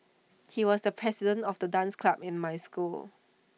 he was the president of the dance club in my school